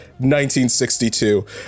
1962